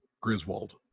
Griswold